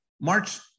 March